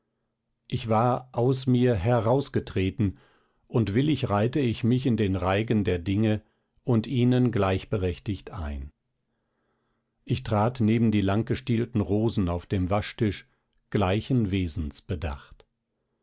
ich war aus mir herausgetreten und willig reihte ich mich in den reigen der dinge und ihnen gleichberechtigt ein ich trat neben die langgestielten rosen auf dem waschtisch gleichen wesens bedacht